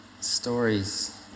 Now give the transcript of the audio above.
stories